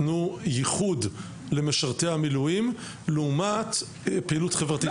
תנו ייחוד למשרתי המילואים לעומת פעילות חברתית אחרת.